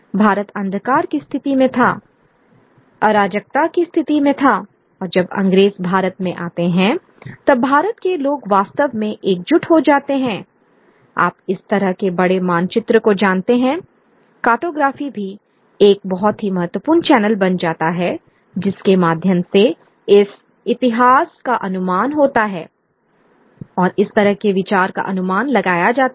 भारत अंधकार की स्थिति में था अराजकता की स्थिति में था और जब अंग्रेज भारत में आते हैं तब भारत के लोग वास्तव में एकजुट हो जाते हैं आप इस तरह के बड़े मानचित्र को जानते हैं कार्टोग्राफी भी एक बहुत ही महत्वपूर्ण चैनल बन जाता है जिसके माध्यम से इस इतिहास का अनुमान होता है और इस तरह के विचार काअनुमान लगाया जाता है